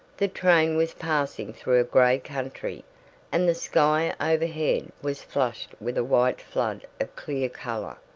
the train was passing through a gray country and the sky overhead was flushed with a wide flood of clear color.